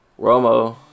Romo